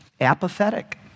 apathetic